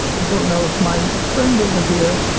i don't know if my friend over here,